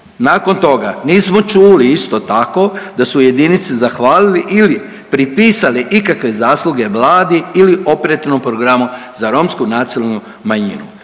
Nakon toga nismo čuli isto tako da su jedinice zahvalili ili pripisali ikakve zasluge Vladi ili Operativnom programu za romsku nacionalnu manjinu